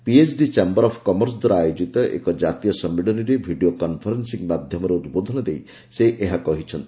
PhD chamber of commerce ଦ୍ୱାରା ଆୟୋଜିତ ଏକ ଜାତୀୟ ସମ୍ମିଳନୀରେ ଭିଡ଼ିଓ କନ୍ଫରେନ୍ସିଂ ମାଧ୍ୟମରେ ଉଦ୍ବୋଧନ ଦେଇ ସେ ଏହା କହିଛନ୍ତି